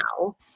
now